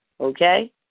Okay